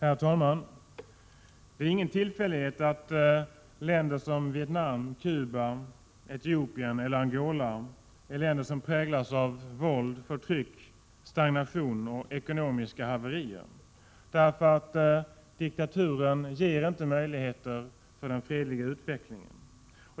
Herr talman! Det är ingen tillfällighet att länder som Vietnam, Cuba, Etiopien eller Angola är länder som präglas av våld, förtryck, stagnation och ekonomiska haverier. Diktaturen ger inte den fredliga utvecklingen några möjligheter.